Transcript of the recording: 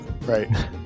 right